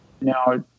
now